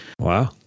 Wow